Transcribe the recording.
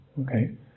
okay